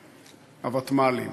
הוותמ"לים.